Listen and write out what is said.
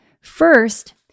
First